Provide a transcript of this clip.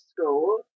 School